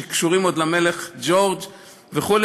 שקשורים עוד למלך ג'ורג' וכו',